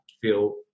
feel